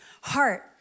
heart